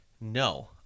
No